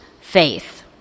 faith